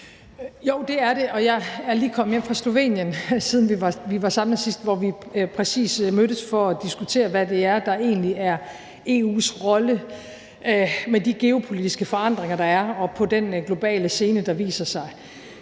Jo, det er det. Jeg er lige kommet hjem fra Slovenien – siden vi var samlet sidst – hvor vi præcis mødtes for at diskutere, hvad det er, der egentlig er EU's rolle med de geopolitiske forandringer, der er, og på den globale scene, der viser sig.